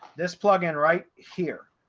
this plugin right here.